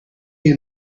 you